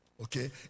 Okay